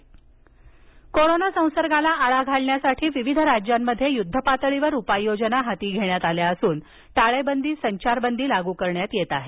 संचारबदी corona संसर्गाला आळा घालण्यासाठी विविध राज्यांमध्ये युद्धपातळीवर उपाययोजना हाती घेण्यात आल्या असून टाळेबंदी संचारबंदी लागू करण्यात येत आहे